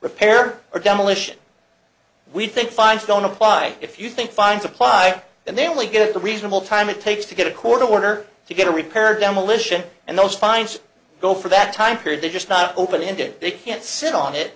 repair or demolition we think fines don't apply if you think fines apply then they only get the reasonable time it takes to get a court order to get a repaired demolition and those fines go for that time period they're just not open ended they can't sit on it